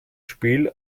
spiel